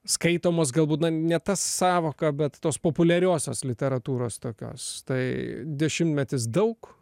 skaitomos galbūt na ne ta sąvoka bet tos populiariosios literatūros tokios tai dešimtmetis daug